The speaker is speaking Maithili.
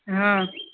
हँ